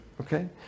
Okay